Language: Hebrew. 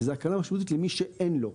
זה הקלה משמעותית למי שאין לו.